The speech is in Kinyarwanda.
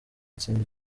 atsinda